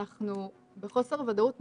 אנחנו בחוסר ודאות מוחלט,